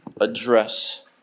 address